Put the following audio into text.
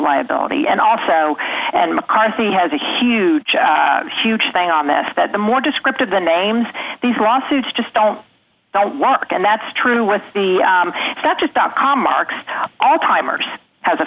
liability and also mccarthy has a huge huge thing on this that the more descriptive the names these lawsuits just don't walk and that's true with the that just dot com marks all timers as a